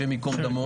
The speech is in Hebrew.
השם יקום דמו.